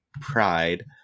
Pride